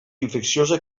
infecciosa